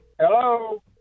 Hello